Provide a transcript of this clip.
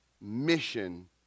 mission